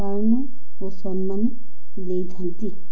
ପାଳନ ଓ ସମ୍ମାନ ଦେଇଥାନ୍ତି